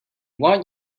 want